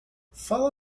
fala